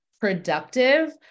productive